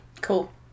Cool